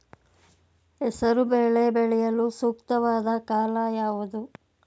ಹೆಸರು ಬೇಳೆ ಬೆಳೆಯಲು ಸೂಕ್ತವಾದ ಕಾಲ ಯಾವುದು?